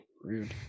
Rude